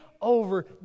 over